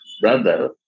brother